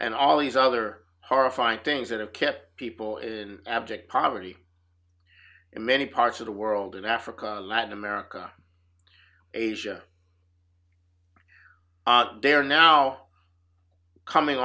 and all these other horrifying things that have kept people in abject poverty in many parts of the world in africa latin america asia they are now coming